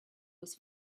was